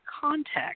context